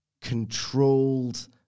controlled-